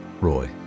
Roy